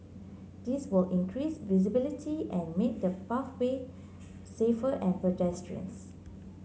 this will increase visibility and make the pathway safer and pedestrians